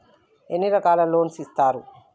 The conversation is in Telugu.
ఎన్ని రకాల లోన్స్ ఇస్తరు?